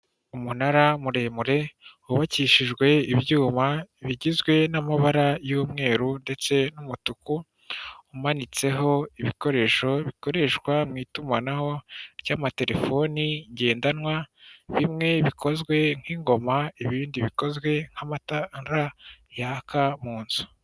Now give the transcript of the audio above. Umunara muremure wubakishijwe ibyuma bigizwe n'amabara y'umweru ndetse n'umutuku, umanitseho ibikoresho bikoreshwa mu itumanaho ry'amaterefoni ngendanwa, bimwe bikozwe nk'ingoma ibindi bikozwe nk'amatara yaka mu nzu.